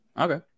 Okay